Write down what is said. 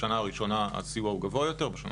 בשנה הראשונה הסיוע גבוה יותר ובשנה